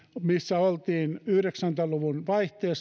missä oltiin yhdeksänkymmentä luvun vaihteessa